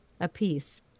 apiece